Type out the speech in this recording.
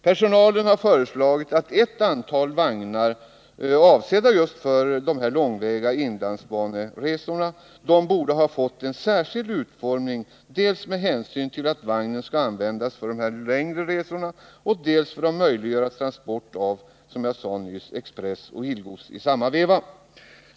Personalen har ansett att ett antal vagnar avsedda just för de långväga resorna på inlandsbanan borde ha fått en särskild utformning dels därför att vagnen skall användas för dessa längre resor, dels för att det skall bli möjligt att transportera expressoch ilgods under samma resa.